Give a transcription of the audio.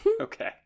Okay